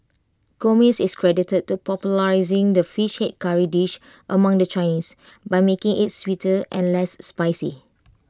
Gomez is credited to popularising the fish Head Curry dish among the Chinese by making IT sweeter and less spicy